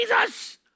Jesus